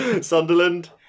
Sunderland